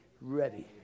ready